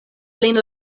lin